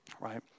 right